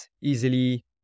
easily